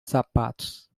sapatos